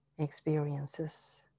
experiences